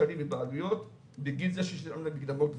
שקלים לבעלויות בגין זה ששילמנו מקדמות גבוהות,